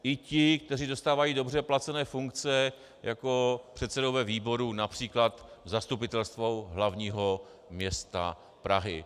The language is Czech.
I ty, kteří zastávají dobře placené funkce, jako předsedové výborů, například zastupitelstvo hlavního města Prahy.